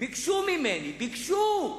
ביקשו ממני, ביקשו,